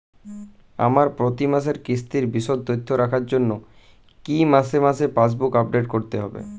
আমার প্রতি মাসের কিস্তির বিশদ তথ্য রাখার জন্য কি মাসে মাসে পাসবুক আপডেট করতে হবে?